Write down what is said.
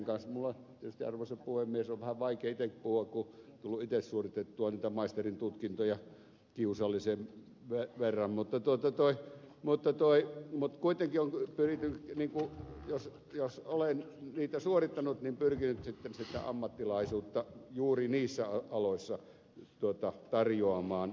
minun tietysti arvoisa puhemies on vähän vaikea itsekin puhua kun on tullut itse suoritettua niitä maisterintutkintoja kiusallisen verran mutta tuota toi voitto toi motko kuitenkin olen pyrkinyt jos olen niitä suorittanut sitten tätä ammattilaisuutta juuri niissä aloissa tarjoamaan ostettavaksi vaikka näin